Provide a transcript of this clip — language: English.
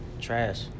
trash